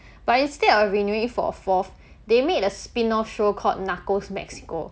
but instead of renewing for a fourth they made a spin off show called narcos Mexico